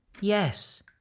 Yes